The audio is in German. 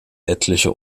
etliche